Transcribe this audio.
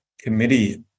committee